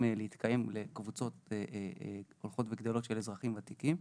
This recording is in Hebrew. להתקיים לקבוצות הולכות וגדלות של אזרחים ותיקים.